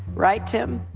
right, tim?